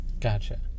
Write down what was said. gotcha